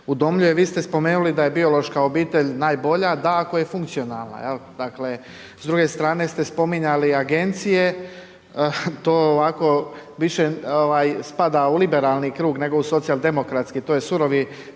udomljuje. Vi ste spomenuli da je biološka obitelj najbolja, da ako je funkcionalna. S druge strane ste spominjali agencije, to ovako više spada u liberalni krug, nego u socijal demokratski, to je surovi